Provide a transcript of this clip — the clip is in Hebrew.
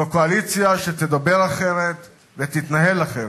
זו קואליציה שתדבר אחרת ותתנהל אחרת.